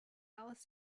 alice